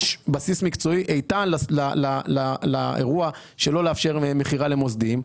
יש בסיס מקצועי איתן לאירוע שלא לאפשר מכירה למוסדיים.